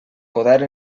poder